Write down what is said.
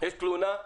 יש תלונה,